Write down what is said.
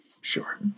Sure